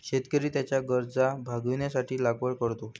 शेतकरी त्याच्या गरजा भागविण्यासाठी लागवड करतो